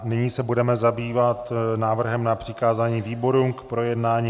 Nyní se budeme zabývat návrhem na přikázání výborům k projednání.